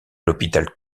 l’hôpital